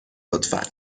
لطفا